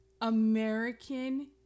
American